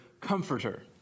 comforter